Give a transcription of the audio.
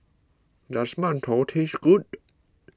does Mantou taste good